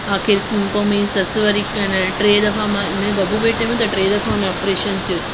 आख़िर हूं पोइ मुंहिंजी वरी ससु वरी हिक न टे दफ़ा मां मुंहिंजे बबु पेट में त टे दफ़ा हुन जो ऑपरेशन थियसि